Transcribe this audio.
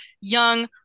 young